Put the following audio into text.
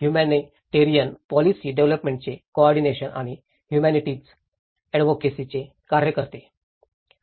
humanitarian policy डेव्हलोपमेंटाचे coordination आणि ह्युमॅनिटीजच्या एडवोकेसि चे कार्य करते